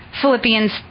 Philippians